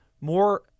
more